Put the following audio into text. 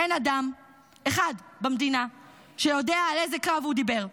אין אדם אחד במדינה שיודע על איזה קרב הוא דיבר.